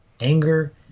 anger